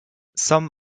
some